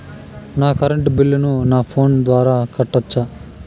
నా కరెంటు బిల్లును నా ఫోను ద్వారా కట్టొచ్చా?